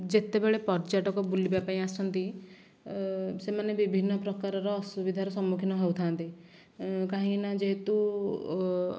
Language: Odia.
ଯେତେବେଳେ ପର୍ଯ୍ୟଟକ ବୁଲିବା ପାଇଁ ଆସନ୍ତି ସେମାନେ ବିଭିନ୍ନ ପ୍ରକାର ଅସୁବିଧାରେ ସମ୍ମୁଖୀନ ହେଉଥାନ୍ତି କାହିଁକି ନା ଯେହେତୁ